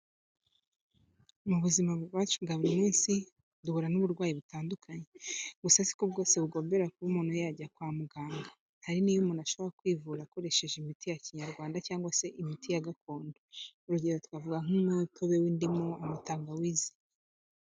Mu buzima bwacu bwa buri munsi duhura n'uburwayi butandukanye gusa siko bwose bugombera kuba umuntu yajya kwa muganga, hari n'iyo umuntu ashobora kwivura akoresheje imiti ya Kinyarwanda cyangwa se imiti ya gakondo, urugero twavuga nk'umutobe w'indimu, amatangawizi.